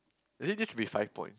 I think this should be five points